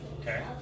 okay